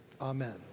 amen